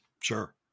sure